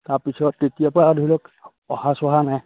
তাৰপিছত তেতিয়াৰ পৰা ধৰি লওক অহা চহা নাই